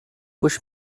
push